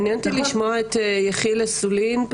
מעניין אותי לשמוע את יחיאל אסולין,